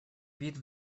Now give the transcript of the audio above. вид